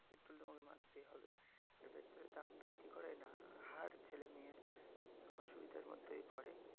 petrol তোমাকে মারতেই হবে এই পেট্রোলের দাম বৃদ্ধি করায় না হার ছেলে মেয়ে অসুবিধার মধ্যেই পড়ে